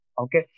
Okay